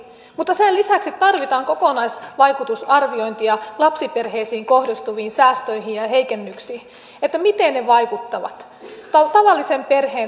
mutta sen lisäksi tarvitaan kokonaisvaikutusarviointia lapsiperheisiin kohdistuviin säästöihin ja heikennyksiin miten ne vaikuttavat tavallisen perheen toimeentuloon